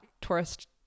tourist